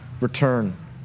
return